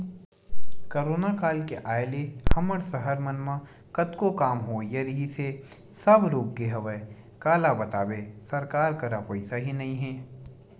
corona काल के आय ले हमर सहर मन म कतको काम होवइया रिहिस हे सब रुकगे हवय काला बताबे सरकार करा पइसा ही नइ ह